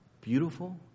Beautiful